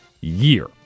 year